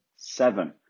seven